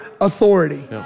authority